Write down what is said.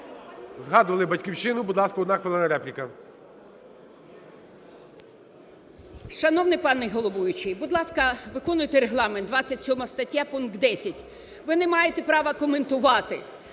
Згадували "Батьківщину". Будь ласка, одна хвилина репліка.